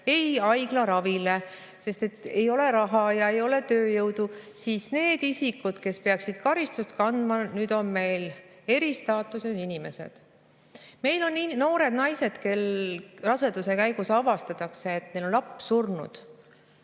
ega haiglaravile, sest ei ole raha, ei ole ka tööjõudu. Aga need isikud, kes peaksid karistust kandma, on meil nüüd eristaatuses inimesed. Meil on noored naised, kellel raseduse käigus avastatakse, et neil on laps surnud.